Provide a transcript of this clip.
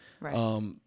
Right